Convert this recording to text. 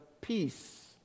peace